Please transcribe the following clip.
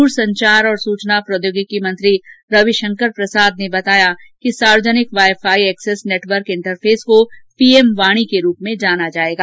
दूरसंचार और सुचना प्रोद्योगिकी मंत्री रविशंकर प्रसाद ने कहा है कि सार्वजनिक wifi access network interface को पीएम वाणी के रूप में जाना जाएगा